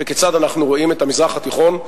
וכיצד אנחנו רואים את המזרח התיכון,